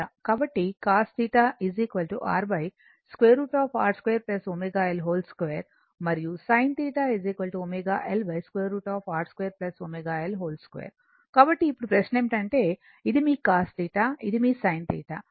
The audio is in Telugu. కాబట్టి cos θ R √ R 2 ω L 2 మరియు sin θ ω L √ R 2 ω L 2 కాబట్టి ఇప్పుడు ప్రశ్న ఏమిటంటే ఇది మీ cos θ ఇది మీ sin θ